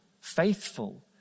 faithful